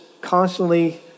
constantly